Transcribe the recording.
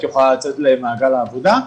את יכולה לצאת למעגל העבודה,